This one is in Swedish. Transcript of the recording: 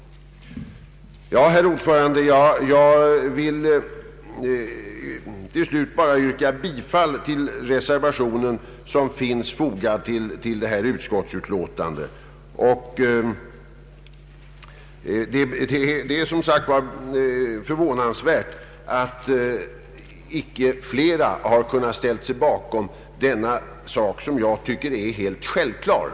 Herr talman! Jag vill till slut bara yrka bifall till den reservation som finns fogad vid föreliggande utskottsutlåtande. Det är som sagt förvånansvärt att inte fler har kunnat ställa sig bakom de synpunkter som anförts i reservationen och som jag tycker är helt självklara.